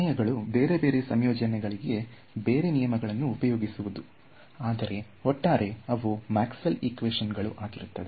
ದೀಪಗಳು ಬೇರೆ ಬೇರೆ ಸಂಯೋಜನೆಗಳಿಗೆ ಬೇರೆ ನಿಯಮಗಳನ್ನು ಉಪಯೋಗಿಸುವುದು ಆದರೆ ಒಟ್ಟಾರೆ ಅವು ಮ್ಯಾಕ್ಸ್ವೆಲ್ ಇಕ್ವೇಶನ್ ಗಳು ಆಗಿರುತ್ತದೆ